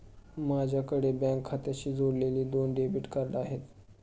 माझ्याकडे बँक खात्याशी जोडलेली दोन डेबिट कार्ड आहेत